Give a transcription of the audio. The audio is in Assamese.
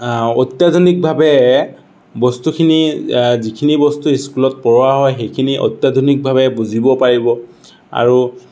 অত্যাধুনিকভাৱে বস্তুখিনি যিখিনি বস্তু স্কুলত পঢ়োৱা হয় সেইখিনি অত্যাধুনিকভাৱে বুজিব পাৰিব আৰু